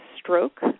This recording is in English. stroke